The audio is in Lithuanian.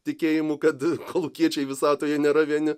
tikėjimu kad kolūkiečiai visatoje nėra vieni